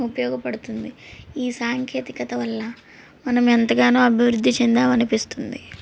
ఉపయోగపడుతుంది ఈ సాంకేతికత వల్ల మనం ఎంతగానో అభివృద్ధి చెందామనిపిస్తుంది